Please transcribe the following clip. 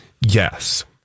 Yes